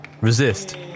Resist